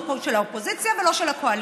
לא של האופוזיציה ולא של הקואליציה.